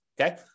okay